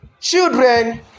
children